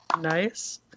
Nice